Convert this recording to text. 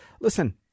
Listen